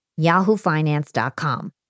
yahoofinance.com